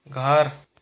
घर